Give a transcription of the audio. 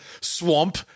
swamp